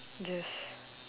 just